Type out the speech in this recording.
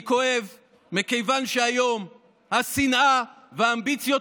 אני כואב מכיוון שהיום השנאה והאמביציות